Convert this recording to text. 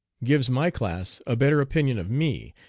gives my class a better opinion of me,